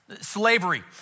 Slavery